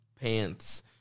pants